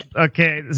Okay